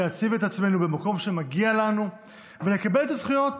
להציב את עצמנו במקום שמגיע לנו ולקבל את הזכויות